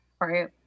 Right